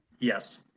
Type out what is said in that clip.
Yes